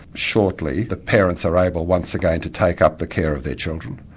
shortly, the parents are able once again to take up the care of their children.